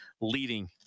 leading